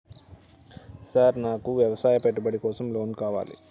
Sir నాకు వ్యవసాయ పెట్టుబడి కోసం లోన్ కావాలి?